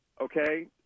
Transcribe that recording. Okay